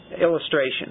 Illustration